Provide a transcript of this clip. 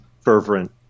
fervent